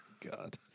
God